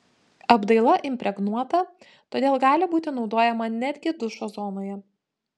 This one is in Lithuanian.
apdaila impregnuota todėl gali būti naudojama netgi dušo zonoje